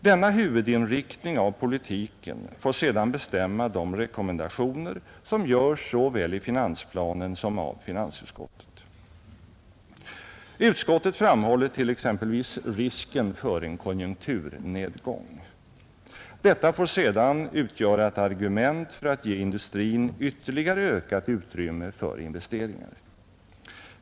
Denna huvudinriktning av politiken får sedan bestämma de rekommendationer som görs såväl i finansplanen som av finansutskottet. Utskottet framhåller t.ex. risken för en konjunkturnedgång. Detta får sedan utgöra ett argument för att ge industrin ytterligare ökat utrymme för investeringar.